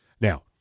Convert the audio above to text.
Now